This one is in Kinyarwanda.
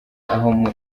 aho